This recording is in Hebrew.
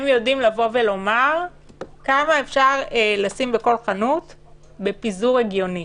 הם יודעים לבוא ולומר כמה אפשר לשים בכל חנות בפיזור הגיוני.